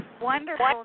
Wonderful